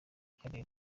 karere